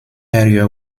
area